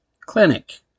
Clinic